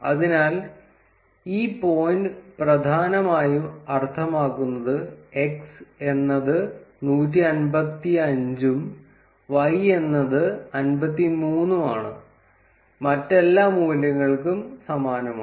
അതിനാൽ ഈ പോയിന്റ് പ്രധാനമായും അർത്ഥമാക്കുന്നത് x എന്നത് 155 ഉം y എന്നത് 53 ഉം ആണ് മറ്റെല്ലാ മൂല്യങ്ങൾക്കും സമാനമാണ്